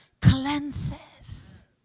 cleanses